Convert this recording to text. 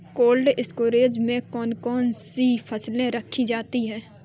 Cold storage में कौन कौन सी फसलें रखी जाती हैं?